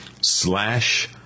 slash